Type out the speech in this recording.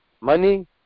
money